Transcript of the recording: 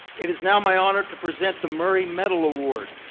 it is now my honor to present the murray medal award.